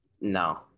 No